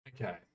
Okay